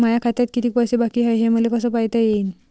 माया खात्यात कितीक पैसे बाकी हाय हे कस पायता येईन?